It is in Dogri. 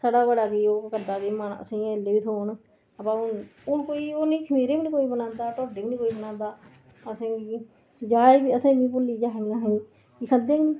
साढ़ा बड़ा कि ओह् करदा कि ना असेंगी ओह् नेईं थ्होन हुन कोई हुन खमीरे बी नी कोई बनांदा ढोडे बी नी कोई बनांदा असें जाच असेंगी भुल्ली गेआ